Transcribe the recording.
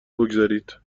بگذارید